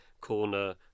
corner